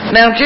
Now